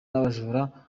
n’abajura